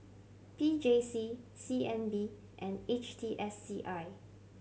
P J C C N B and H T S C I